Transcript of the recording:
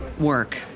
work